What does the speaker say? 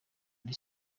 ari